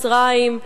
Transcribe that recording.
מצרים,